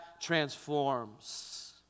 transforms